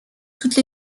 toutes